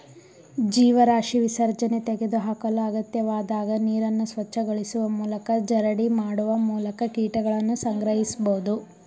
ಜೀವರಾಶಿ ವಿಸರ್ಜನೆ ತೆಗೆದುಹಾಕಲು ಅಗತ್ಯವಾದಾಗ ನೀರನ್ನು ಸ್ವಚ್ಛಗೊಳಿಸುವ ಮೂಲಕ ಜರಡಿ ಮಾಡುವ ಮೂಲಕ ಕೀಟಗಳನ್ನು ಸಂಗ್ರಹಿಸ್ಬೋದು